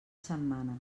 setmana